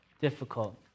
difficult